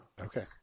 Okay